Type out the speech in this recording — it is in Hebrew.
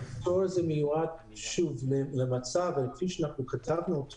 הפטור הזה מיועד למצב, כפי שכתבנו,